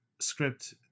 script